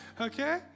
okay